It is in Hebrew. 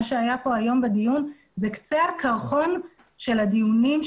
מה שהיה כאן היום בדיון זה קצה הקרחון של הדיונים,